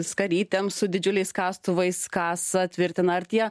skarytėm su didžiuliais kastuvais kasa tvirtina ar tie